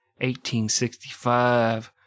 1865